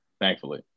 thankfully